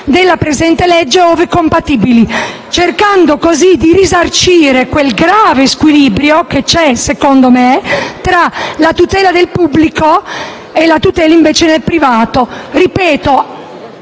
della presente legge, ove compatibili», cercando così di risarcire il grave squilibrio che, a mio avviso, c'è, tra la tutela nel pubblico e la tutela nel privato. Ricordo